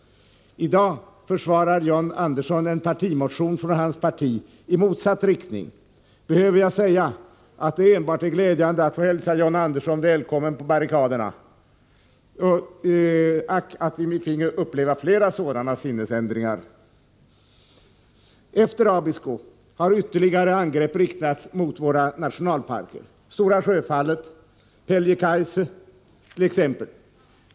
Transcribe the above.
I dag försvarar John Andersson en partimotion från Onsdagen den hans parti i motsatt riktning. Behöver jag säga att det enbart är glädjande att 28 november 1984 få hälsa John Andersson välkommen på barrikaderna? Ack att vi finge uppleva flera sådana sinnesändringar! Efter Abisko har ytterligare angrepp riktats mot våra nationalparker, t.ex. Stora Sjöfallet och Peljekaise.